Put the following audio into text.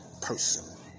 person